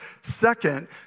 Second